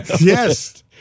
Yes